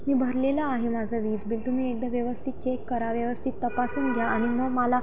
मी भरलेलं आहे माझं वीज बिल तुम्ही एकदा व्यवस्थित चेक करा व्यवस्थित तपासून घ्या आणि मग मला